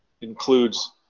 includes